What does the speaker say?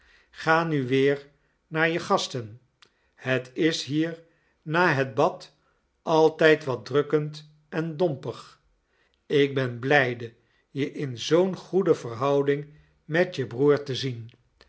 ga nu weer naar je gasten het is hier na het bad altijd wat drukkend en dompig ik ben blijde je in zoo'n goede verhouding met je broer te zien